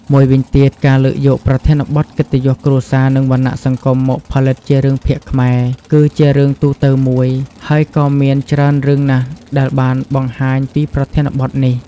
មួយវិញទៀត ការលើកយកប្រធានបទកិត្តិយសគ្រួសារ និងវណ្ណៈសង្គម មកផលិតជារឿងភាគខ្មែរ គឺជារឿងទូទៅមួយ ហើយក៏មានច្រើនរឿងណាស់ដែលបានបង្ហាញពីប្រធានបទនេះ។